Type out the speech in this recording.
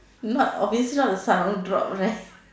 not obviously not the sarong drop right